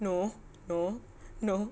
no no no